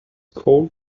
called